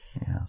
Yes